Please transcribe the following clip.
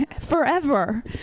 Forever